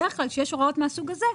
בדרך כלל כשיש הוראות מהסוג הזה,